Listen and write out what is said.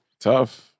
Tough